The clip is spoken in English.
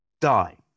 die